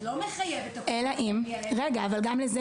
את לא מחייבת את הקופות להגיע להסדר.